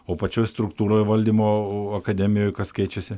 o pačioj struktūroj valdymo o akademijoj kas keičiasi